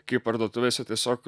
kai parduotuvėse tiesiog